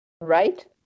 right